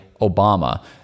Obama